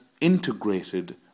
integrated